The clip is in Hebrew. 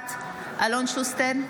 נוכחת אלון שוסטר,